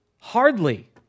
Hardly